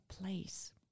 place